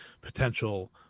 potential